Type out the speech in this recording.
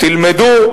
תלמדו.